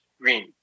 green